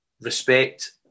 respect